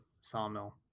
sawmill